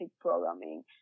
programming